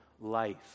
life